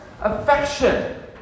affection